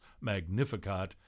Magnificat